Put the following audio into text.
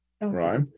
right